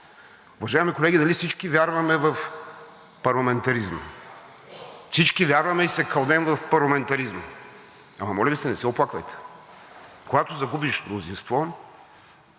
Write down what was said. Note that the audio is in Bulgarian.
Уважаеми колеги, нали всички вярваме в парламентаризма. Всички вярваме и се кълнем в парламентаризма! Ама, моля Ви се, не се оплаквайте. Когато загубиш мнозинство,